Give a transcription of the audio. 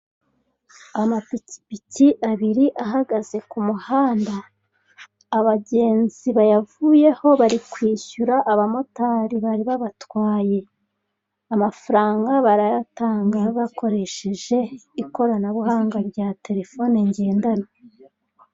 Amapikipiki abiri ahagaze ku muhanda, abagenzi bayavuyeho bari kwishyura abamotari bari babatwaye. Amafaranga barayatanga bakoresheje ikoranabuhanga rya telefoni ngendanwa.